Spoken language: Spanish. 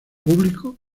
público